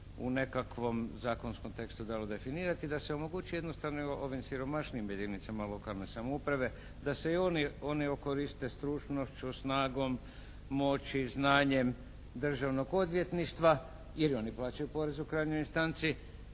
u nekakvom zakonskom tekstu dalo definirati, da se omogući jednostavno evo ovim siromašnijim jedinicama lokalne samouprave da se i one okoriste stručnošću, snagom, moći i znanjem Državnog odvjetništva jer i oni plaćaju porez u krajnjoj instanci.